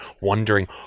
wondering